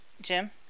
Jim